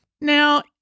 Now